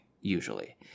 usually